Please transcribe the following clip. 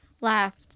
laughed